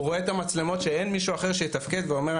הוא רואה את המצלמות שאין מישהו אחר שיתפקד ואומר,